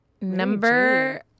Number